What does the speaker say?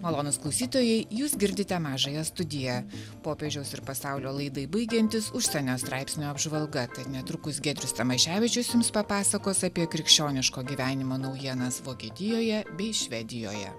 malonūs klausytojai jūs girdite mažąją studiją popiežiaus ir pasaulio laidai baigiantis užsienio straipsnių apžvalga tad netrukus giedrius tamaševičius jums papasakos apie krikščioniško gyvenimo naujienas vokietijoje bei švedijoje